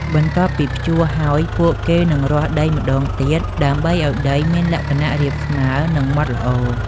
បន្ទាប់ពីភ្ជួរហើយ ពួកគេនឹងរាស់ដីម្តងទៀតដើម្បីឱ្យដីមានលក្ខណៈរាបស្មើនិងម៉ដ្ឋល្អ។